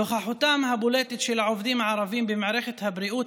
נוכחותם הבולטת של העובדים הערבים במערכת הבריאות